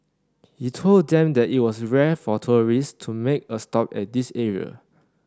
he told them that it was rare for tourists to make a stop at this area